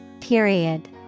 Period